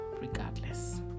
regardless